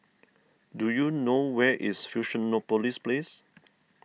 do you know where is Fusionopolis Place